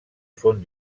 font